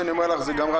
"איגי",